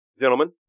gentlemen